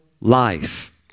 life